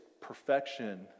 perfection